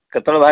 କେତେବେଳେ ବାହା